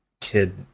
kid